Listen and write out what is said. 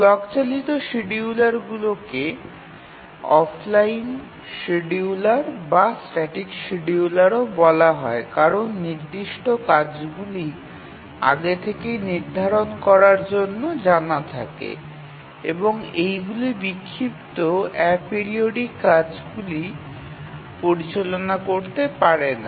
clock চালিত শিডিয়ুলারগুলিকে offline scheduler বা স্ট্যাটিক শিডিয়ুলারও বলা হয় কারণ নির্দিষ্ট কাজগুলি আগে থেকেই নির্ধারণ করার জন্য জানা থাকে এবং এইগুলি বিক্ষিপ্ত এপিরিওডিক কার্যগুলি পরিচালনা করতে পারে না